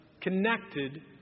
connected